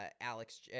Alex